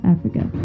Africa